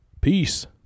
Peace